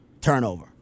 turnover